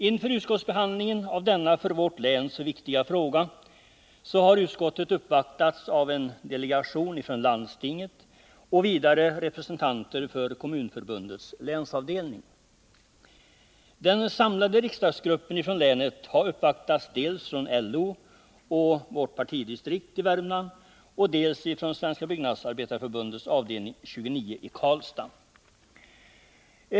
Inför utskottsbehandlingen av denna för vårt län så viktiga fråga har utskottet uppvaktats av en delegation från landstinget och av representanter för Kommunförbundets länsavdelning. Den samlade riksdagsgruppen från länet har uppvaktats dels av LO och partidistriktet i Värmland, dels från Svenska byggnadsarbetareförbundets avdelning 29 i Karlstad.